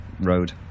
road